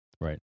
Right